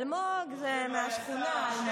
אלמוג זה מהשכונה, אלמוג.